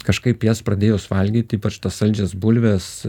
kažkaip jas pradėjus valgyt ypač tos saldžias bulves